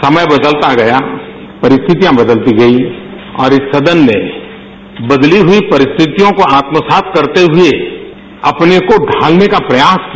समय बदलता गया परिस्थितियां बदलती गईं और इस सदन ने बदली हुई परिस्थितियों को आत्मसात करते हुए अपने को ढालने का प्रयास किया